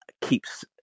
keeps